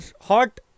hot